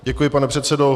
Děkuji, pane předsedo.